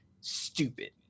stupid